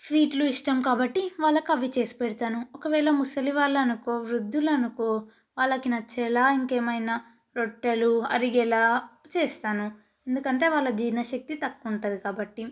స్వీట్లు ఇష్టం కాబట్టి వాళ్ళకి అవి చేసి పెడతాను ఒకవేళ ముసలివాళ్ళు అనుకో వృద్ధులు అనుకో వాళ్ళకి నచ్చేలా ఇంక ఏమైనా రొట్టెలు అరిగేలా చేస్తాను ఎందుకంటే వాళ్ళ జీర్ణశక్తి తక్కువ ఉంటుంది కాబట్టి